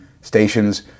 stations